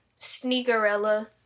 Sneakerella